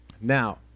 Now